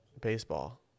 baseball